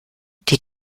die